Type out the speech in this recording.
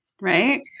right